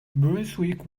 brunswick